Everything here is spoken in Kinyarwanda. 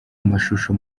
amashusho